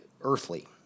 earthly